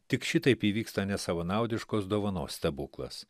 tik šitaip įvyksta nesavanaudiškos dovanos stebuklas